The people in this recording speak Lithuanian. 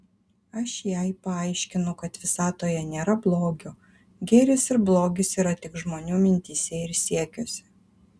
aš jai paaiškinau kad visatoje nėra blogio gėris ir blogis yra tik žmonių mintyse ir siekiuose